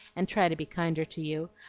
and try to be kinder to you.